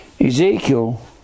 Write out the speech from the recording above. Ezekiel